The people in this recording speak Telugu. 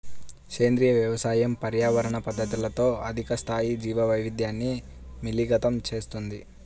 సేంద్రీయ వ్యవసాయం పర్యావరణ పద్ధతులతో అధిక స్థాయి జీవవైవిధ్యాన్ని మిళితం చేస్తుంది